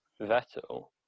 Vettel